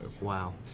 wow